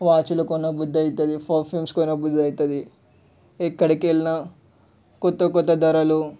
వాచ్లు కొనబుద్ధి అవుతుంది ఫర్ఫ్యూమ్స్ కొనబుద్ధి అవుతుంది ఎక్కడికెళ్ళినా కొత్త కొత్త ధరలు